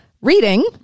reading